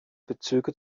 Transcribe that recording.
bezüge